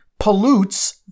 pollutes